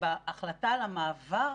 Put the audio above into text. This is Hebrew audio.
ובהחלטה על המעבר,